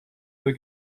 توئه